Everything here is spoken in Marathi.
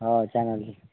हां सांगाल